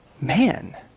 man